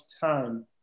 time